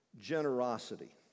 generosity